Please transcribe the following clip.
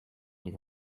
les